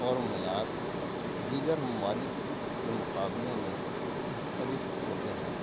اور معیار دیگر ممالک کے مقابلے میں مختلف ہوتے ہیں